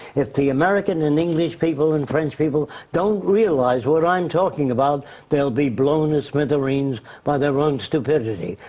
if the american and english people and french people don't realise what i'm talking about they'll be blown to smithereens by their own stupidity.